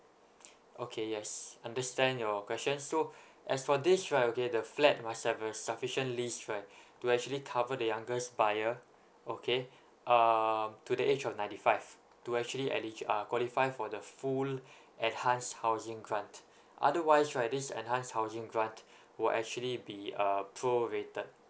okay yes understand your question so as for this right okay the flat must have a sufficient lease right to actually cover the youngest buyer okay um to the age of ninety five to actually elig~ uh qualify for the full enhanced housing grant otherwise right this enhanced housing grant will actually be uh pro rated